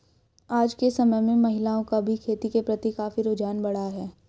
आज के समय में महिलाओं का भी खेती के प्रति काफी रुझान बढ़ा है